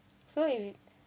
so if y~